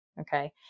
Okay